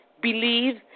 believe